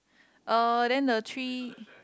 uh then the tree